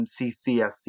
MCCSC